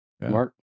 mark